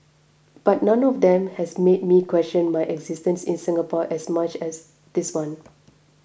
but none of them has made me question my existence in Singapore as much as this one